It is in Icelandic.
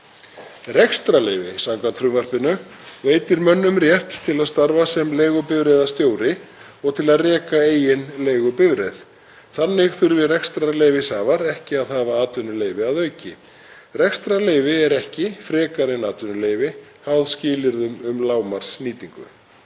Rekstrarleyfi samkvæmt frumvarpinu veitir mönnum rétt til að starfa sem leigubifreiðastjóri og til að reka eigin leigubifreið. Þannig þurfi rekstrarleyfishafar ekki að hafa atvinnuleyfi að auki. Rekstrarleyfi er ekki frekar en atvinnuleyfi háð skilyrðum um lágmarksnýtingu.